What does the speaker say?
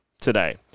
today